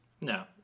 No